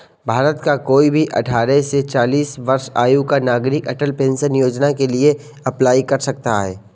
भारत का कोई भी अठारह से चालीस वर्ष आयु का नागरिक अटल पेंशन योजना के लिए अप्लाई कर सकता है